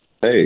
Hey